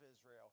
Israel